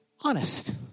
honest